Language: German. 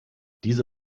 diese